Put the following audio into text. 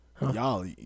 y'all